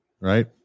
Right